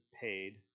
paid